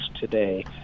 today